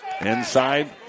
Inside